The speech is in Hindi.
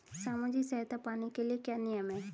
सामाजिक सहायता पाने के लिए क्या नियम हैं?